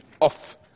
off